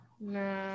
No